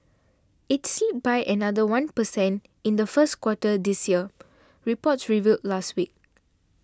it slipped by another one per cent in the first quarter this year reports revealed last week